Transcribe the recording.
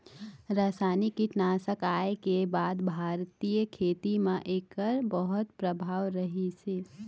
रासायनिक कीटनाशक आए के बाद भारतीय खेती म एकर बहुत प्रभाव रहीसे